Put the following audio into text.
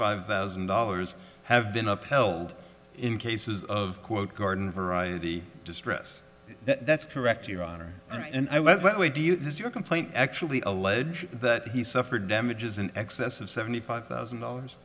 five thousand dollars have been upheld in cases of quote garden variety distress that's correct your honor and i what way do you does your complaint actually allege that he suffered damages in excess of seventy five thousand